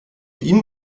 ihm